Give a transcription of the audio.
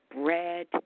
bread